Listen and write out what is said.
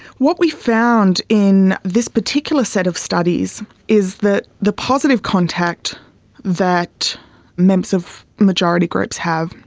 what we found in this particular set of studies is that the positive contact that members of majority groups have,